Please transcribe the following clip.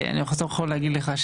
אני יכול להגיד לך,